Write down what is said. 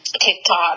TikTok